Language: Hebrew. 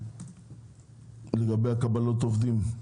לגבי קבלת עובדים.